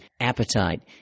appetite